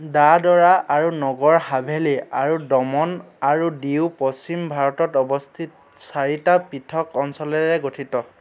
দাদৰা আৰু নগৰ হাভেলি আৰু দমন আৰু দিউ পশ্চিম ভাৰতত অৱস্থিত চাৰিটা পৃথক অঞ্চলেৰে গঠিত